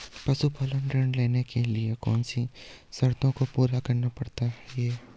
पशुपालन ऋण लेने के लिए कौन सी शर्तों को पूरा करना पड़ता है?